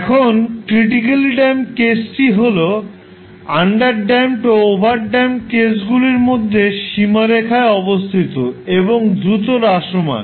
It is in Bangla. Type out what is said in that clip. এখন ক্রিটিকালি ড্যাম্প কেসটি হল আন্ডারপ্যাম্পড ও ওভারড্যাম্পেড কেসগুলির সীমারেখায় অবস্থিত এবং দ্রুত হ্রাসমান